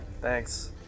thanks